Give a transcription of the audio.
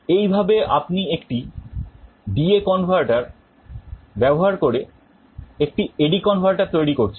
এইভাবে আপনি একটি DA converter ব্যবহার করে একটি AD converter তৈরি করছেন